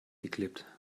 geklebt